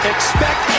Expect